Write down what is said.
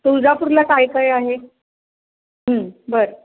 तुळजापूरला काय काय आहे बरं